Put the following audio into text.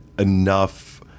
enough